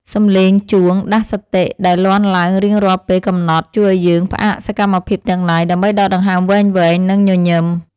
សំឡេងជួងដាស់សតិដែលលាន់ឡើងរៀងរាល់ពេលកំណត់ជួយឱ្យយើងផ្អាកសកម្មភាពទាំងឡាយដើម្បីដកដង្ហើមវែងៗ និង ញញឹម។